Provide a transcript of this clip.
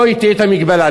פה תהיה המגבלה.